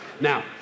Now